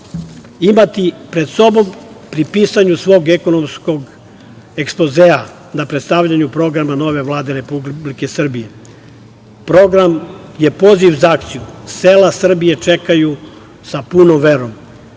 imati pred sobom pri pisanju svog ekonomskog ekspozea, na predstavljanju programa nove Vlade Republike Srbije. Program je poziv za akciju - sela Srbije čekaju sa punom verom. Kao